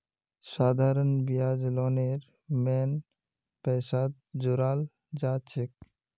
साधारण ब्याज लोनेर मेन पैसात जोड़ाल जाछेक